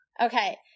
Okay